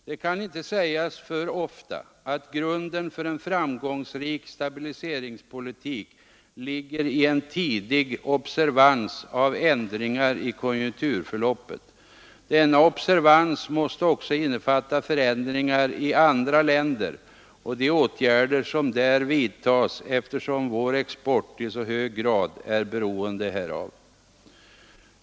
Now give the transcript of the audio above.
Det kan inte sägas för ofta att grunden för en framgångsrik stabiliseringspolitik ligger i en tidig observans av ändringar i konjunkturförloppet. Denna observans måste också innefatta förändringar i andra länder och de åtgärder som där vidtas, eftersom vår export i så hög grad är beroende därav.